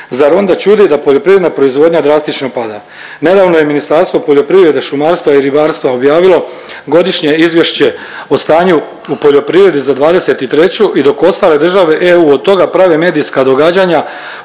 Zar onda čudi da poljoprivredna proizvodnja drastično pada? Nedavno je Ministarstvo poljoprivrede, šumarstva i ribarstva objavilo Godišnje izvješće o stanju u poljoprivredi za 2023. i dok ostale države EU od toga prave medijska događanja,